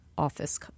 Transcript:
office